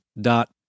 dot